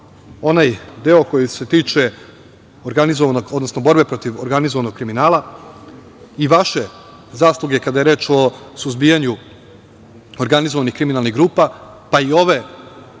onaj deo koji se tiče borbe protiv organizovanog kriminala i vaše zasluge kada je reč o suzbijanju organizovanih kriminalnih grupa, pa i ove